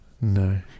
No